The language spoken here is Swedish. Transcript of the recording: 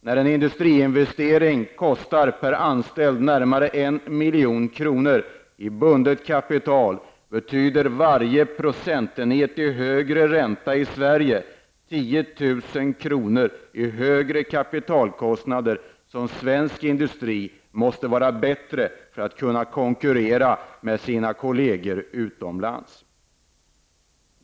När en industriinvestering kostar närmare 1 milj.kr. per anställd i bundet kapital, betyder varje procentenhet i högre ränta i Sverige 10 000 kr. i högre kapitalkostnad. Så mycket bättre måste svensk industri vara för att kunna konkurrera med sina kolleger utomlands.